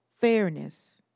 fairness